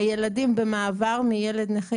הילדים במעבר מילד נכה,